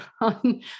on